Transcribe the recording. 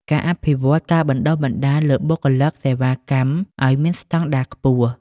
ការអភិវឌ្ឍការបណ្តុះបណ្តាលលើបុគ្គលិកសេវាកម្មឱ្យមានស្តង់ដារខ្ពស់។